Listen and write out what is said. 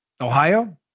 Ohio